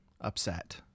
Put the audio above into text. upset